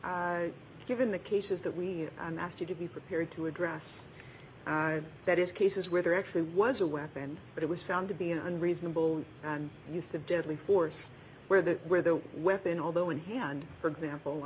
nd given the cases that we ask you to be prepared to address that is cases where there actually was a weapon but it was found to be an unreasonable use of deadly force where the where the weapon although in hand for example